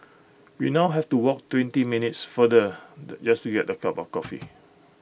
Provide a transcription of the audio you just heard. we now have to walk twenty minutes farther just to get A cup of coffee